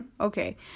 okay